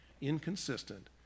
inconsistent